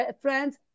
friends